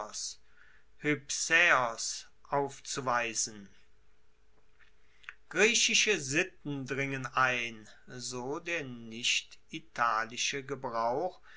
aufzuweisen griechische sitten dringen ein so der nichtitalische gebrauch